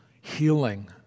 healing